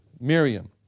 Miriam